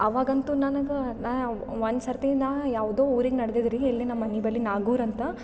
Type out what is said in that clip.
ಅವಾಗಂತೂ ನನಗೆ ನಾವು ಒಂದು ಸರ್ತಿ ನಾ ಯಾವುದೋ ಊರಿಗೆ ನಡ್ಡಿದೆ ರೀ ಇಲಿಂದ ನಮ್ಮ ಮನೆ ಬಳಿಗ್ ನಾಗೂರ್ ಅಂತ